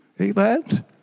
Amen